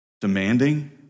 demanding